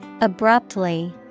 Abruptly